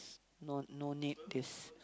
no no need this